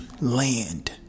land